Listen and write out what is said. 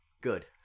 Good